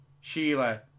Sheila